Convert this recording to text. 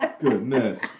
Goodness